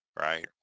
Right